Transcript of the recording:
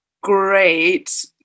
great